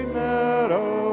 meadow